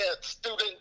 student